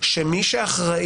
שמי שאחרי